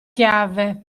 chiave